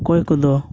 ᱚᱠᱚᱭ ᱠᱚᱫᱚ